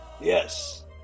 yes